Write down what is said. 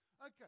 Okay